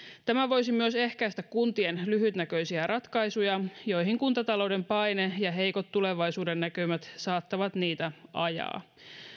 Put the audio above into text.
tämä voisi myös ehkäistä kuntien lyhytnäköisiä ratkaisuja joihin kuntatalouden paine ja heikot tulevaisuudennäkymät saattavat niitä ajaa